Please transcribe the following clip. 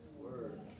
Word